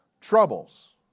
troubles